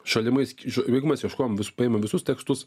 šalimais iš jeigu mes ieškojom vis paimam visus tekstus